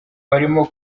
barimo